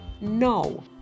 No